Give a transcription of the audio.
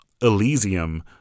Elysium